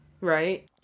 Right